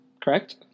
Correct